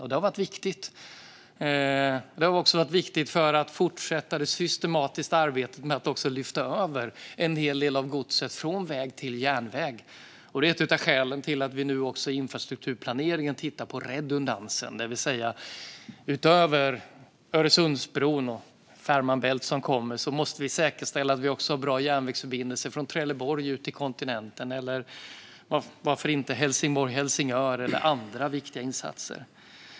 Detta har varit viktigt, också för att fortsätta det systematiska arbetet med att lyfta över en hel del av godset från väg till järnväg. Det är ett av skälen till att vi nu i infrastrukturplaneringen tittar på redundansen, det vill säga att vi, utöver Öresundsbron och Fehmarn Bält, som kommer, måste säkerställa att vi också har bra järnvägsförbindelser från Trelleborg ut till kontinenten, och varför inte Helsingborg-Helsingör eller andra viktiga insatser.